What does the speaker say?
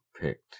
picked